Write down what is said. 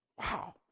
Wow